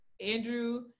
Andrew